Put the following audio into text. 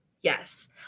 Yes